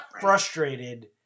frustrated